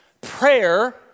prayer